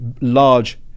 large